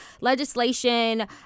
legislation